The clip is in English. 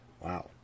wow